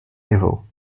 evil